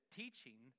teaching